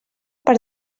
per